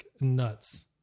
nuts